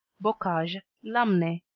bocage, lamenais,